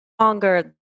longer